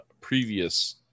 previous